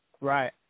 right